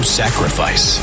sacrifice